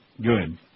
Good